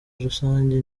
rusange